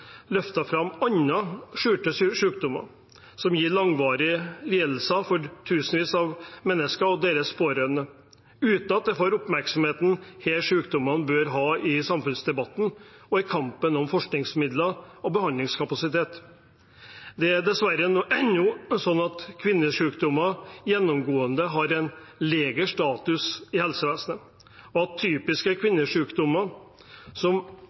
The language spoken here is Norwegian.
fram andre skjulte sykdommer som gir langvarige lidelser for tusenvis av mennesker og deres pårørende, uten at de får den oppmerksomheten disse sykdommene bør ha i samfunnsdebatten og i kampen om forskningsmidler og behandlingskapasitet. Det er dessverre ennå sånn at kvinnesykdommer gjennomgående har en lavere status i helsevesenet. Typiske kvinnesykdommer, som